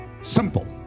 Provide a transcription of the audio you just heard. Simple